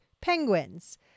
Penguins